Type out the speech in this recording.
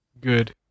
Good